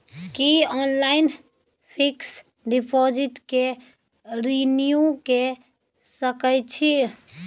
की online fix deposit के renew के सकै छी?